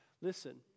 Listen